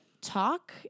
talk